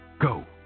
Go